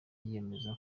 yiyemeza